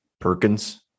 Perkins